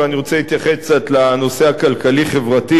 ואני רוצה להתייחס קצת לנושא הכלכלי-חברתי,